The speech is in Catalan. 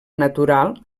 natural